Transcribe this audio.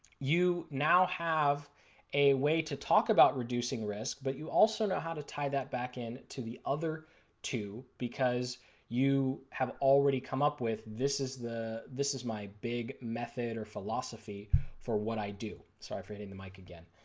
you now have a way to talk about reducing risk but you also know how to tie that back in to the other two because you have already come up with this is this is my big method or philosophy for what i do. sorry for hitting the mic again.